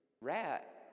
rat